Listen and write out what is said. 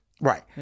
right